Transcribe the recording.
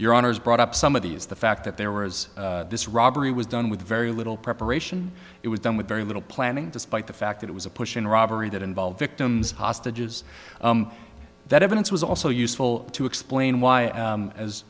your honour's brought up some of these the fact that there was this robbery was done with very little preparation it was done with very little planning despite the fact that it was a push in robbery that involved victims hostages that evidence was also useful to explain why